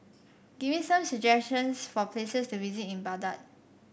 give me some suggestions for places to visit in Baghdad